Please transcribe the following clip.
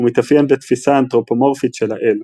הוא מתאפיין בתפיסה אנתרופומורפית של האל.